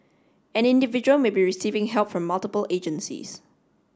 an individual may be receiving help from multiple agencies